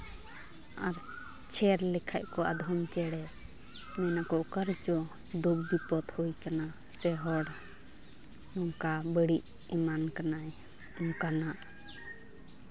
ᱪᱷᱮᱨ ᱞᱮᱠᱷᱟᱡ ᱠᱚ ᱟᱫᱚᱢ ᱪᱮᱬᱮ ᱢᱮᱱᱟ ᱠᱚ ᱚᱠᱟ ᱨᱮᱪᱚᱝ ᱫᱩᱠ ᱵᱤᱯᱚᱫ ᱦᱩᱭ ᱠᱟᱱᱟ ᱥᱮ ᱦᱚᱲ ᱱᱚᱝᱠᱟ ᱵᱟᱹᱲᱤᱡ ᱮᱢᱟᱱ ᱠᱟᱱᱟᱭ ᱱᱚᱝᱠᱟᱱᱟᱜ